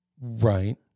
right